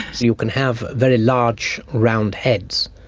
you can have very large round heads,